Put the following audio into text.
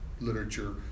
literature